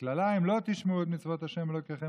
והקללה אם לא תשמעו אל מצות יהוה אלוקיכם